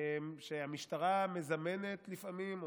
שהמשטרה מזמנת לפעמים,